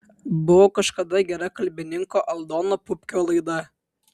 buvo kažkada gera kalbininko aldono pupkio laida